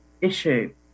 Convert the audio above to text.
issue